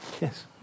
Yes